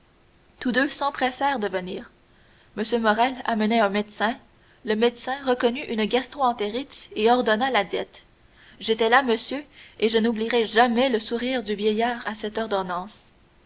tous deux s'empressèrent de venir m morrel amenait un médecin le médecin reconnut une gastro entérite et ordonna la diète j'étais là monsieur et je n'oublierai jamais le sourire du vieillard à cette ordonnance